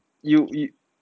you you